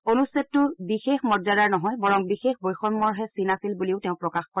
অনুছ্দেটো বিষেয় মৰ্দযাৰ নহয় বৰং বিশেষ বৈষ্যমৰহে চিন আছিল বুলিও তেওঁ প্ৰকাশ কৰে